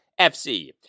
FC